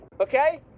okay